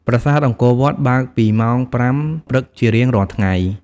ប្រាសាទអង្គរវត្តបើកពីម៉ោង ៥ ព្រឹកជារៀងរាល់ថ្ងៃ។